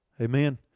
Amen